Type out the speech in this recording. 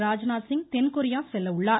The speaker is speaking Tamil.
ராஜ்நாத்சிங் தென்கொரியா செல்லவுள்ளார்